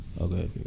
Okay